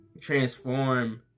transform